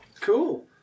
Cool